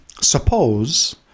Suppose